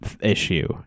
issue